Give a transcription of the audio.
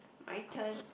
my turn